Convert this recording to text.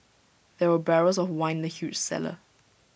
there were barrels of wine in the huge cellar